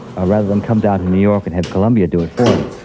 ah rather than come down to new york and have columbia do it for him.